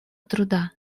труда